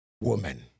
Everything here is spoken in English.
woman